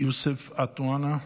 יוסף עטאונה.